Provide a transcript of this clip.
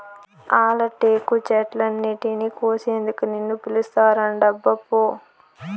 ఆల టేకు చెట్లన్నింటినీ కోసేందుకు నిన్ను పిలుస్తాండారబ్బా పో